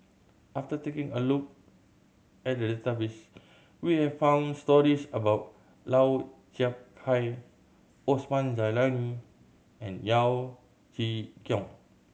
after taking a look at the database we have found stories about Lau Chiap Khai Osman Zailani and Yeo Chee Kiong